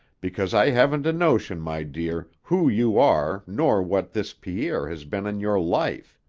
because i haven't a notion, my dear, who you are nor what this pierre has been in your life.